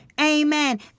Amen